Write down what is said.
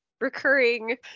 recurring